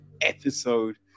episode